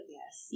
Yes